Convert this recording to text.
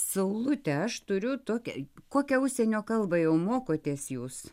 saulute aš turiu tokią kokią užsienio kalbą jau mokotės jūs